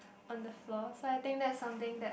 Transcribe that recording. on the floor so I think that's something that